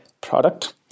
product